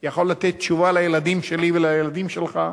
יכול לתת תשובה לילדים שלי ולילדים שלך,